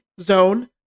zone